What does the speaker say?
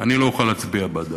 אני לא אוכל להצביע בעד